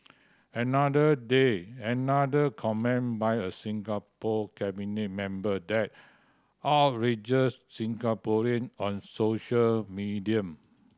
another day another comment by a Singapore cabinet member that outrages Singaporean on social media